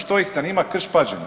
Što iz zanima Krš-Pađene?